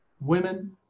women